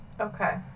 Okay